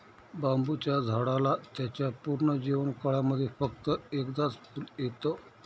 बांबुच्या झाडाला त्याच्या पूर्ण जीवन काळामध्ये फक्त एकदाच फुल येत